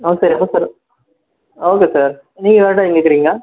ஆ sir எப்போது sir okay sir நீங்கள் வர டைம் கேட்குறீங்ளா